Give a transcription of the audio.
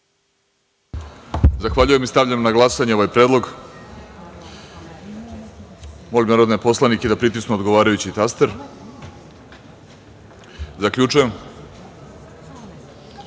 Zahvaljujem. Stavljam na glasanje ovaj predlog. Molim narodne poslanike da pritisnu odgovarajući taster. Zaključujem